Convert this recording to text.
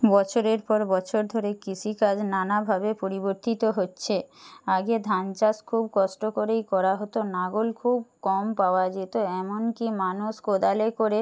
বছরের পর বছর ধরে কৃষিকাজ নানাভাবে পরিবর্তিত হচ্ছে আগে ধান চাষ খুব কষ্ট করেই করা হতো লাঙল খুব কম পাওয়া যেত এমন কী মানুষ কোদালে করে